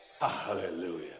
Hallelujah